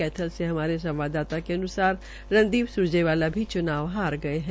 कैथल से हमारे संवाददाता के अन्सार रणदीप स्रजेवाला भी च्नाव हार गये है